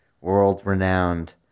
world-renowned